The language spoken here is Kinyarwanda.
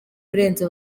kurenza